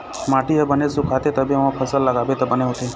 माटी ह बने सुखाथे तभे ओमा फसल लगाबे त बने होथे